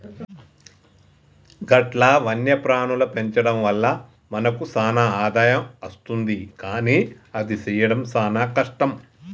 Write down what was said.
గట్ల వన్యప్రాణుల పెంచడం వల్ల మనకు సాన ఆదాయం అస్తుంది కానీ అది సెయ్యడం సాన కష్టం